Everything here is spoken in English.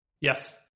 Yes